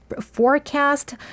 forecast